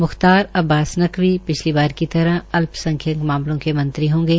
मुख्तार अब्बास नकवी पिछली बार की तरह अल्पसंख्यक मामलों के मंत्री होंगे